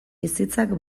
bizitzak